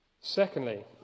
Secondly